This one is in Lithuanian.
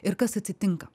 ir kas atsitinka